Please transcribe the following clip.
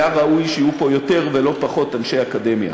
היה ראוי שיהיו פה יותר ולא פחות אנשי אקדמיה.